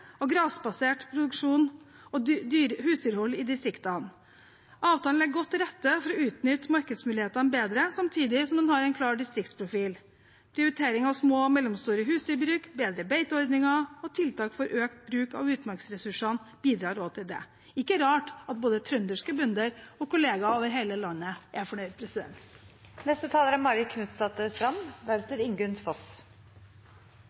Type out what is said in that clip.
og grasbasert produksjon og husdyrhold i distriktene. Avtalen legger godt til rette for å utnytte markedsmulighetene bedre, samtidig som den har en klar distriktsprofil. Prioritering av små- og mellomstore husdyrbruk, bedre beiteordninger og tiltak for økt bruk av utmarksressursene bidrar også til det. Ikke rart at både trønderske bønder og kolleger over hele landet er fornøyd. Til siste taler: